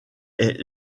est